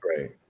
right